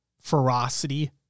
ferocity